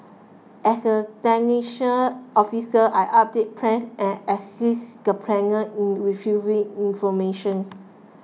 as a technician officer I updated plans and assisted the planners in retrieving information